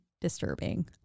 disturbing